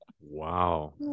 Wow